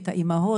את האימהות